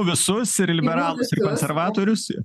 visus ir liberalus ir konservatorius